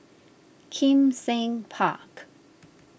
Kim Seng Park